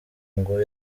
ngo